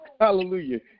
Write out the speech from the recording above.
Hallelujah